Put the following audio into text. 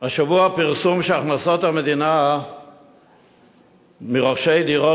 השבוע פורסם שהכנסות המדינה מרוכשי דירות